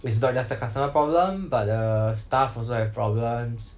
so it's not just the customer problem but the staff also have problems